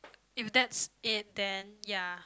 if that's it then ya